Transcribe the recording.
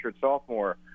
sophomore